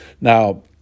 Now